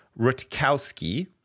Rutkowski